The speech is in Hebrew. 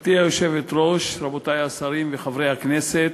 גברתי היושבת-ראש, רבותי השרים וחברי הכנסת,